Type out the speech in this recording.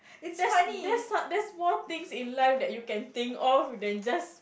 there's there's so~ there's more things in life that you can think of than just